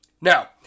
Now